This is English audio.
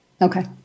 okay